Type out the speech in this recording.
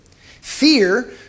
Fear